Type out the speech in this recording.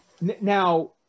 Now